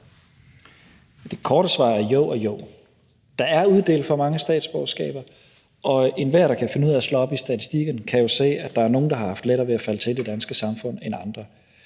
Det korte svar er: Jo og jo. Der er uddelt for mange statsborgerskaber, og enhver, der kan finde ud af at slå op i statistikkerne, kan jo se, at der er nogle, der har haft lettere ved at falde til i det danske samfund end andre.